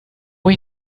mich